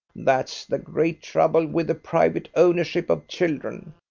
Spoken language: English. that's the great trouble with the private ownership of children.